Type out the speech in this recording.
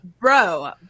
bro